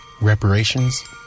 reparations